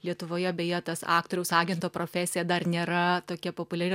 lietuvoje beje tas aktoriaus agento profesija dar nėra tokia populiari